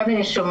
כאן אני שומעת